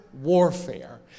warfare